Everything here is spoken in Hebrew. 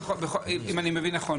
אם אני מבין נכון,